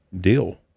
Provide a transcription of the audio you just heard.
deal